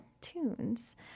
tunes